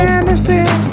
Anderson